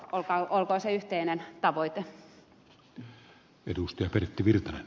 olkoon se yhteinen tavoitteemme